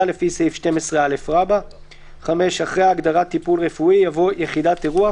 לפי סעיף 12א,"; (5)אחרי ההגדרה "טיפול רפואי" יבוא: ""יחידת אירוח"